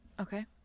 Okay